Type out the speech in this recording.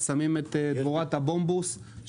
שמים את דבורת הבומבוס,